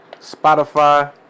Spotify